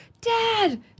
Dad